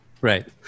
Right